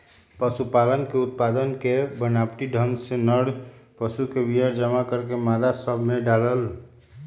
पशुअन के उत्पादन के बनावटी ढंग में नर पशु के वीर्य जमा करके मादा सब में डाल्ल